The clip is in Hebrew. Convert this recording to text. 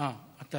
אה, אתה